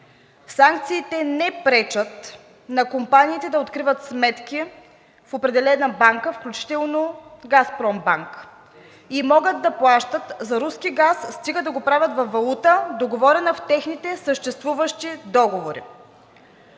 Санкциите не пречат на компаниите да откриват сметки в определена банка, включително „Газпромбанк“, и могат да плащат за руски газ – стига да го правят във валутата, договорена в техните съществуващи договори.